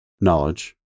knowledge